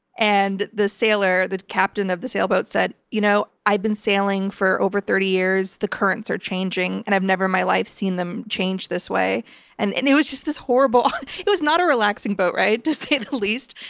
and the sailor, the captain of the sailboat said, you know, i've been sailing for over thirty years. the currents are changing, and i've never in my life seen them change this and and it was just this horrible it was not a relaxing boat ride, to say the least.